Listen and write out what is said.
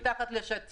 במזומן, מתחת לשטיח.